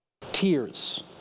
tears